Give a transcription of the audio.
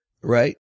Right